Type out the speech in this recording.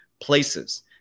places